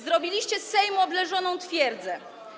Zrobiliście z Sejmu oblężoną twierdzę.